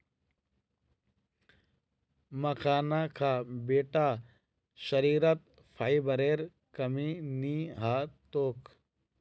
मखाना खा बेटा शरीरत फाइबरेर कमी नी ह तोक